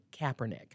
Kaepernick